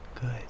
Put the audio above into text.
Good